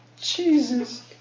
Jesus